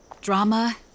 drama